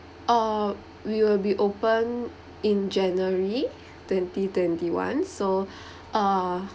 orh we will be opened in january twenty twenty one so uh